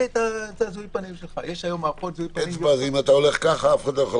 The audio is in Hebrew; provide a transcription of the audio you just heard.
טביעות אצבע זה קשה יותר.